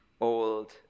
old